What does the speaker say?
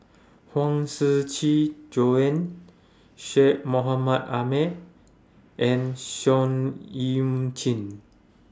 Huang Shiqi Joan Syed Mohamed Ahmed and Seah EU Chin